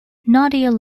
nadia